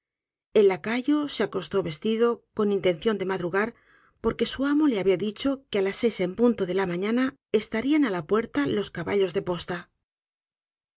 el lacayo se acostó vestido con intención de madrugar porque su amo le habia dicho que á las seis en punto de la mañana estarían á la puerta los caballos de posta